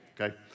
okay